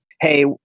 hey